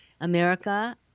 America